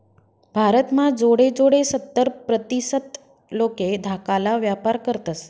भारत म्हा जोडे जोडे सत्तर प्रतीसत लोके धाकाला व्यापार करतस